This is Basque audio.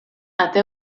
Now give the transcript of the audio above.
ate